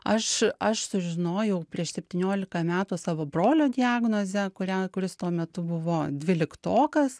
aš aš sužinojau prieš septyniolika metų savo brolio diagnozę kurią kuris tuo metu buvo dvyliktokas